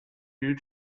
due